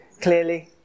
clearly